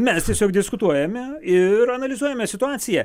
mes tiesiog diskutuojame ir analizuojame situaciją